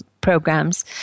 programs